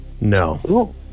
No